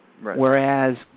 whereas